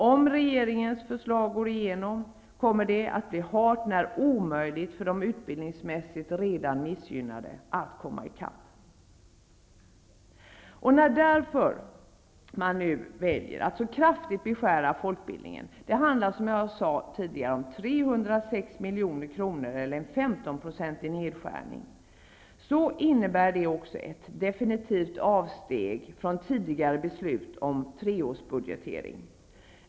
Om regeringens förslag går igenom, kommer det att bli hart när omöjligt för de utbildningsmässigt redan missgynnade att komma ikapp. När man nu väljer att så kraftigt beskära folkbildningen -- det handlar som sagt om 306 milj.kr. eller en femtonprocentig nedskärning -- innebär det ett definitivt avsteg från tidigare beslut om treårsbudgetering.